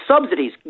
subsidies